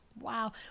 Wow